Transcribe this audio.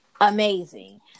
Amazing